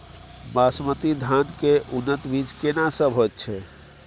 बासमती धान के उन्नत बीज केना सब होयत छै?